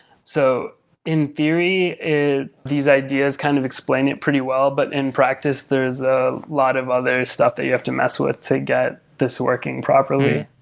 so in theory, these ideas kind of explain it pretty well, but in practice there is a lot of other stuff that you have to mess with to get this working properly.